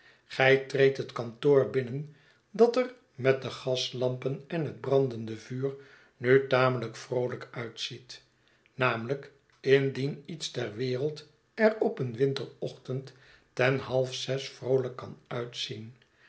treed het kantoor binnen dat er met de gaslampen en het brandende vuur nu tamelijk vroolijk uitziet namelijk indien iets ter wereld er op een winterochtend ten half zes vroolijk kan uitzien